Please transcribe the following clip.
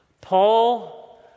Paul